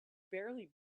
barely